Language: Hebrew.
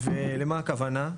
ולמה הכוונה?